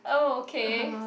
oh okay